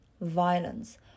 Violence